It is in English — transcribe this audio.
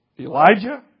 Elijah